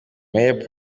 mayor